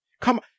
Come